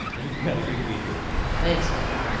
i think you got a good future ahead. thanks man.